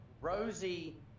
Rosie